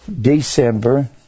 December